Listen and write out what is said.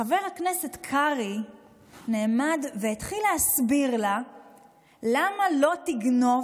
חבר הכנסת קרעי נעמד והתחיל להסביר לה למה לא תגנוב